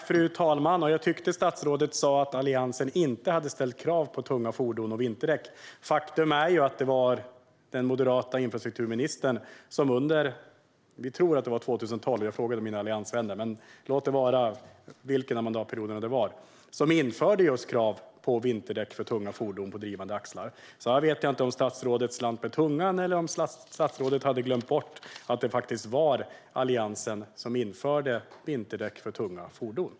Fru talman! Jag tyckte att statsrådet sa att Alliansen inte hade ställt krav på vinterdäck för tunga fordon. Faktum är att det var en moderat infrastrukturminister som under 2012, tror jag, införde krav på just vinterdäck för tunga fordon på drivande axlar. Jag vet inte om statsrådet slant med tungan eller om han har glömt bort att det faktiskt var Alliansen som införde vinterdäck för tunga fordon.